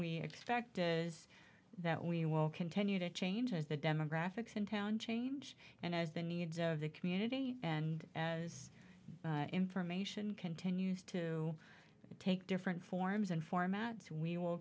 we expect is that we will continue to change as the demographics in town change and as the needs of the community and as information continues to take different forms and formats we will